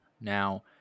Now